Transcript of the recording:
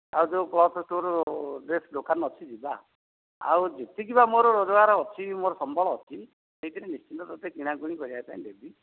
ଆଉ ଯେଉଁ cloth store best ଦୋକାନ ଅଛି ଯିବା ଆଉ ଯେତିକି ବା ମୋର ରୋଜଗାର ଅଛି ମୋର ସମ୍ବଳ ଅଛି ସେଇଥିରେ ନିଶ୍ଚିତ ତୋତେ କିଣା କିଣି କରିବା ପାଇଁ ଦେବି